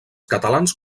catalans